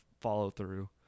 follow-through